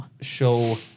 show